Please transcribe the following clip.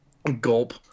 Gulp